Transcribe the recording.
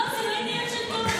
לא, זה לא עניין של פריימריז.